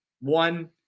one